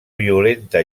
violenta